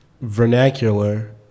vernacular